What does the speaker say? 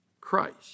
Christ